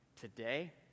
Today